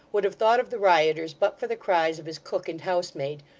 would have thought of the rioters but for the cries of his cook and housemaid,